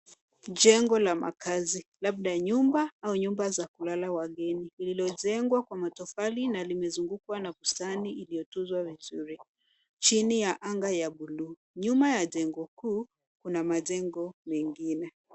Jengo la makazi, labda nyumba au nyumba za kulala wageni , lililojengwa kwa matofali na limezungukwa na bustani iliyotunzwa vizuri chini ya anga ya buluu. Nyuma ya jengo kuu, kuna majengo mengine.